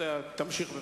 תמשיך בבקשה.